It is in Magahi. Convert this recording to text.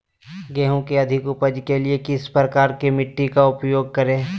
गेंहू की अधिक उपज के लिए किस प्रकार की मिट्टी का उपयोग करे?